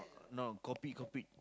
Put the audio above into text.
no Coupet Coupet